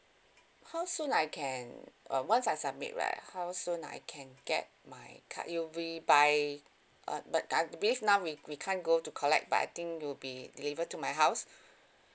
how soon I can uh once I submit right how soon I can get my card it'll be by uh but I believe now we we can't go to collect but I think it will be delivered to my house